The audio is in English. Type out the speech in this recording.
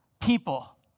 people